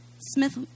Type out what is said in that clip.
Smith